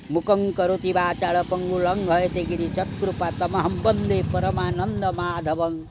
ମୁକକଂର ତିବାତାଳ ଚକୃପାତମଃ ବନ୍ଦେ ପରମାନନ୍ଦ ମାଧବଂ